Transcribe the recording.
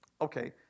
Okay